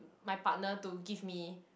my partner to give me